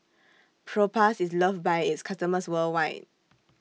Propass IS loved By its customers worldwide